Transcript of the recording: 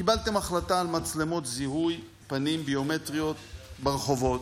קיבלתם החלטה על מצלמות זיהוי פנים ביומטריות ברחובות.